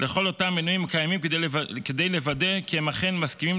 לכל אותם מנויים קיימים כדי לוודא כי הם אכן מסכימים